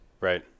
Right